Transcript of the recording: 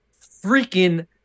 freaking